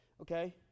Okay